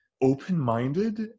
open-minded